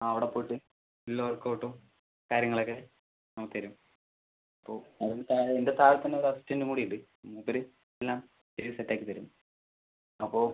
ആ അവിടെ പോയിട്ട് ഉള്ള വർക്കൗട്ടും കാര്യങ്ങളൊക്കെ നമ്മൾ തരും അപ്പോൾ അതിൻ്റെ താഴെ അതിൻ്റെ താഴെത്ത് തന്നെ ഒരു അസിസ്റ്റന്റ് കൂടെയുണ്ട് മൂപ്പർ എല്ലാം എഴുതി സെറ്റ് ആക്കി തരും അപ്പോൾ